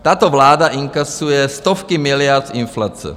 Tato vláda inkasuje stovky miliard z inflace.